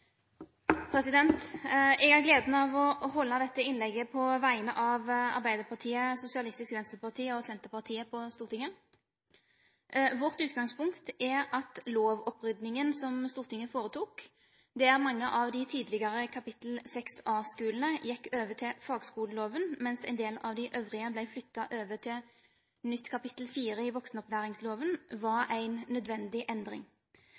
Jeg har gleden av å holde dette innlegget på vegne av Arbeiderpartiet, Sosialistisk Venstreparti og Senterpartiet på Stortinget. Vårt utgangspunkt er at lovoppryddingen som Stortinget foretok, der mange av de tidligere kapittel 6A-skolene gikk over til fagskoleloven, mens en del av de øvrige ble flyttet over til nytt kapittel 4 i voksenopplæringsloven, var en nødvendig endring.